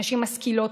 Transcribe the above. נשים משכילות,